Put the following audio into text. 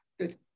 Good